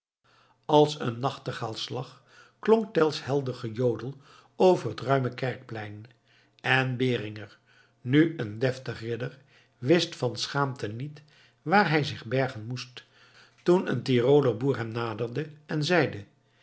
als een nachtegaalsslag klonk tell's helder gejodel over het ruime kerkplein en beringer nu een deftig ridder wist van schaamte niet waar hij zich bergen moest toen een tiroler boer hem naderde en zeide